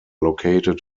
located